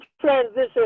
transition